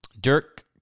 Dirk